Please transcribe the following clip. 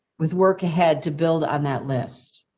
with work ahead to build on that list.